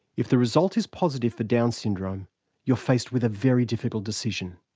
if the result is positive for down syndrome you're faced with a very difficult decision.